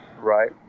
Right